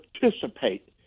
participate